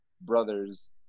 brothers